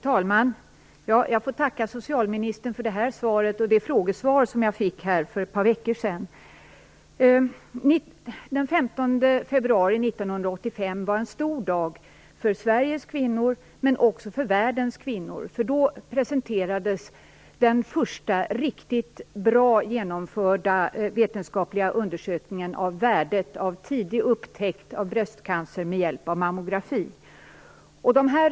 Fru talman! Jag får tacka socialministern för detta svar och för det frågesvar som jag fick för ett par veckor sedan. Den 15 februari 1985 var en stor dag för Sveriges kvinnor men också för världens kvinnor. Då presenterades nämligen den första riktigt bra genomförda vetenskapliga undersökningen av värdet av tidig upptäckt av bröstcancer med hjälp av mammografi.